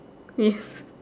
yes